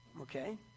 okay